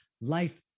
life